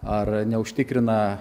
ar neužtikrina